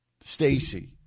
Stacy